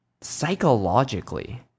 Psychologically